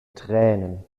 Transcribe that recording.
tränen